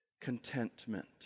contentment